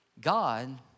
God